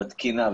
בתקינה,